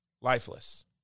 lifeless